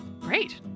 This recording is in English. Great